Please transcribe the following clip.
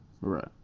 Right